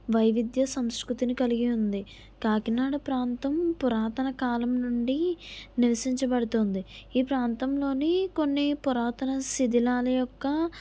వైవిధ్య సంస్కృతిని కలిగి ఉంది కాకినాడ ప్రాంతం పురాతన కాలం నుండి నివసించబడుతోంది ఈ ప్రాంతంలోని కొన్ని పురాతన శిధిలాల యొక్క